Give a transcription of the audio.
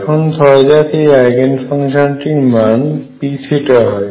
এখন ধরা যাক এই আইগেন ফাংশনটির মান P হয়